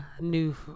new